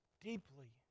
deeply